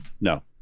no